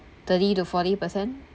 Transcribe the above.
thirty to forty percent